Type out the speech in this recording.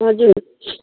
हजुर